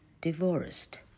divorced